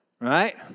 right